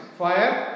fire